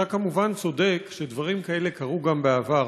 אתה כמובן צודק שדברים כאלה קרו גם בעבר,